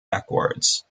backwards